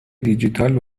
دیجیتال